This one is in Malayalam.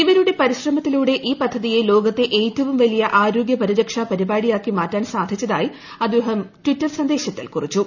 ഇവരുടെ പരിശ്രമത്തിലൂടെ ഈ പദ്ധതിയെ ലോകത്തെ ഏറ്റവും വലിയ ആരോഗ്യ പരിരക്ഷാ പരിപാടിയാക്കി മാറ്റാൻ സാധിച്ചതായി അദ്ദേഹം ടിറ്റർ സന്ദേശത്തിൽ കുറിച്ചു